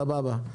סבבה.